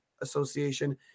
Association